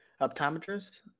Optometrist